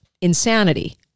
insanity